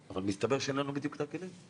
אבל מסתבר שאין לנו בדיוק את הכלים.